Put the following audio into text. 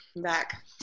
back